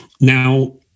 now